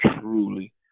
truly